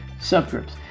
subgroups